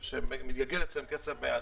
שמתגלגל להם כסף ביד.